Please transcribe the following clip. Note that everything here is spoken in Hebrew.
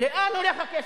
לאן הולך הכסף?